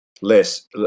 less